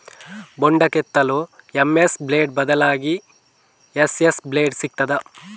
ಬೊಂಡ ಕೆತ್ತಲು MS blade ಬದ್ಲಾಗಿ ಎಸ್.ಎಸ್ ಬ್ಲೇಡ್ ಸಿಕ್ತಾದ?